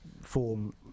form